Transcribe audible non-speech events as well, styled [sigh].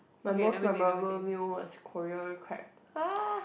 my most memorable meal was Korea crab [noise]